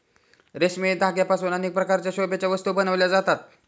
रेशमी धाग्यांपासून अनेक प्रकारच्या शोभेच्या वस्तू बनविल्या जातात